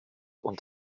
und